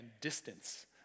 distance